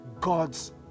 God's